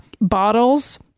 bottles